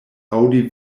aŭdi